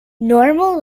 normal